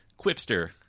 quipster